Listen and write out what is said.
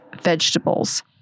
vegetables